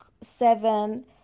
seven